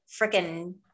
freaking